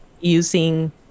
using